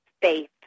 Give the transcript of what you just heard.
faith